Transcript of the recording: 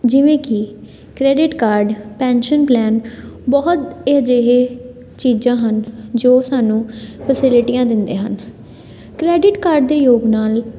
ਜਿਵੇਂ ਕਿ credit card pension plan ਬਹੁਤ ਅਜਿਹੇ ਚੀਜ਼ਾਂ ਹਨ ਜੋ ਸਾਨੂੰ ਫਸਿਲਿਟੀਈਆਂ ਦਿੰਦੇ ਹਨ ਕਰੈਡਿਟ ਕਾਰਡ ਦੇ ਪ੍ਰਯੋਗ ਨਾਲ